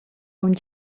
aunc